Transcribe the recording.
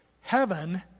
Heaven